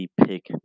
Pick